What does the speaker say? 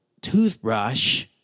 toothbrush